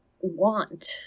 want